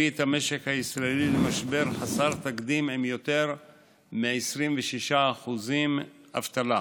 את המשק הישראלי למשבר חסר תקדים עם יותר מ-26% אבטלה.